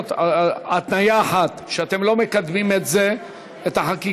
התניה אחת, שאתם לא מקדמים את החקיקה.